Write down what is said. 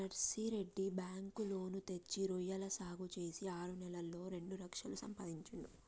Narsireddy bank loan తెచ్చి రొయ్యల సాగు చేసి ఆరు నెలల్లోనే రెండు లక్షలు సంపాదించిండు